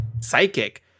psychic